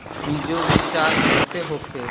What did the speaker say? बीजो उपचार कईसे होखे?